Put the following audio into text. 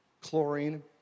chlorine